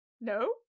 No